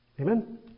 Amen